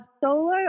solo